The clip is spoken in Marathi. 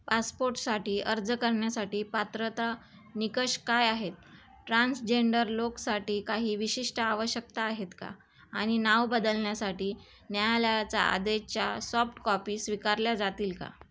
पासपोटसाठी अर्ज करण्यासाठी पात्रता निकष काय आहेत ट्रान्सजेंडर लोकांसाठी काही विशिष्ट आवश्यकता आहेत का आणि नाव बदलण्यासाठी न्यायालयाचा आदेशाच्या सॉफ्टकॉपी स्वीकारल्या जातील का